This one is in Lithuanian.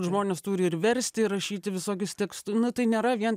žmonės turi ir versti ir rašyti visokius tekstu nu tai nėra vien